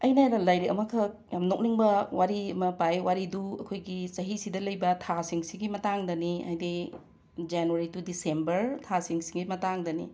ꯑꯩꯅ ꯂꯥꯏꯔꯤꯛ ꯑꯃꯈꯛ ꯌꯥꯝꯅ ꯅꯣꯛꯅꯤꯡꯕ ꯋꯥꯔꯤ ꯑꯃ ꯄꯥꯏ ꯋꯥꯔꯤꯗꯨ ꯑꯩꯈꯣꯏꯒꯤ ꯆꯍꯤꯁꯤꯗ ꯂꯩꯕ ꯊꯥꯁꯤꯡꯁꯤꯒꯤ ꯃꯇꯥꯡꯗꯅꯤ ꯍꯥꯏꯕꯗꯤ ꯖꯦꯟꯋꯔꯤ ꯇꯨ ꯗꯤꯁꯦꯝꯕꯔ ꯊꯥꯁꯤꯡꯁꯤꯒꯤ ꯃꯇꯥꯡꯗꯅꯤ